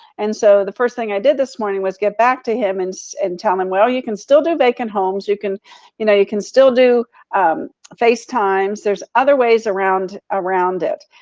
and so the first thing i did this morning was get back to him and so and tell him, well, you can still do vacant homes. you can you know you can still do facetimes. there's other ways around around it.